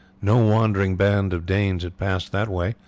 no wandering band of danes had passed that way,